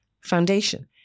Foundation